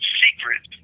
secret